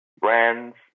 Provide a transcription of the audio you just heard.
brands